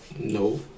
No